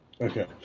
Okay